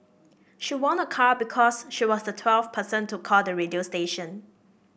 she won a car because she was the twelfth person to call the radio station